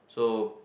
so